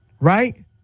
right